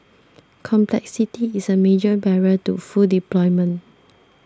complexity is a major barrier to full deployment